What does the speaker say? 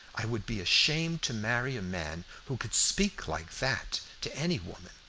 i would be ashamed to marry a man who could speak like that to any woman.